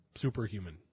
superhuman